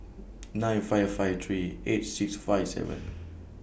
nine five five three eight six five seven